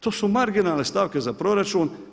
To su marginalne stavke za proračun.